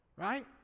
Right